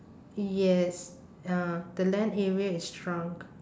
yes uh the land area is shrunk